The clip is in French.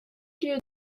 lieu